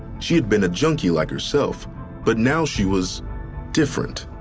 she had been a junkie like herself but now she was different.